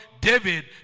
David